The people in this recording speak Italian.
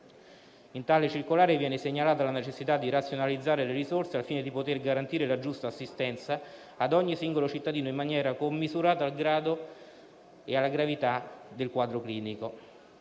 In tale circolare viene segnalata la necessità di razionalizzare le risorse al fine di poter garantire la giusta assistenza a ogni singolo cittadino in maniera commisurata al grado e alla gravità del quadro clinico.